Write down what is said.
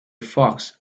fox